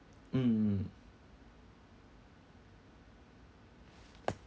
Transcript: mm